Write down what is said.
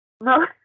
No